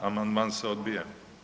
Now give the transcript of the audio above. Amandman se odbija.